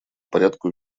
порядку